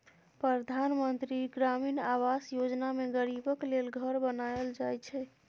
परधान मन्त्री ग्रामीण आबास योजना मे गरीबक लेल घर बनाएल जाइ छै